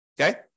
Okay